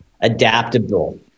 adaptable